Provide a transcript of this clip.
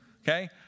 Okay